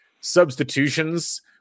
substitutions